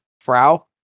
Frau